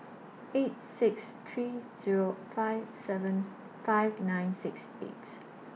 eight six three Zero five seven five nine six eight